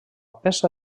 peça